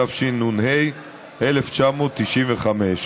התשנ"ה 1995,